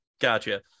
gotcha